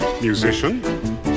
musician